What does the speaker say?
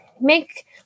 make